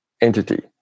entity